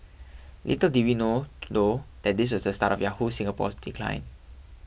little did we know though that this was the start of Yahoo Singapore's decline